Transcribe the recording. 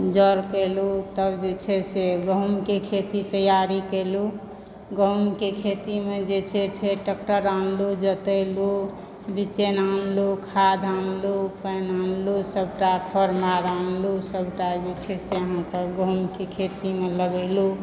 जर कएलहुँ तब जे छै से गहुँमके खेती तैयारी कयलहुँ गहुँमके खेतीमे जे छै फेर ट्रैक्टर आनलहुँ जोतेलहुँ बीचेने आनलहुँ खाद्य आनलहुँ पानि आनलहुँ सबटा फ़्रम आर आनलहुँ सबटा जे छै अहाँकेेँ गहुँमके खेतीमे लगेलहुँ